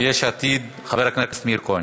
מיש עתיד, חבר הכנסת מאיר כהן.